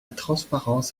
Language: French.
transparence